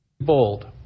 bold